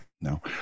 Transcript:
No